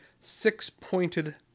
six-pointed